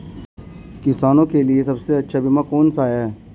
किसानों के लिए सबसे अच्छा बीमा कौन सा है?